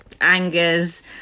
angers